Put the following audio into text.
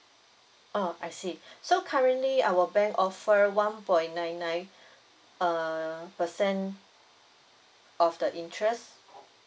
oh I see so currently our bank offer one point nine nine err percent of the interest